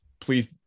Please